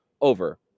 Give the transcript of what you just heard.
over